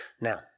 Now